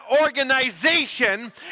organization